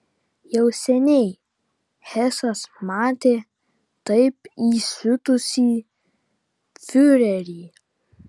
jau seniai hesas matė taip įsiutusį fiurerį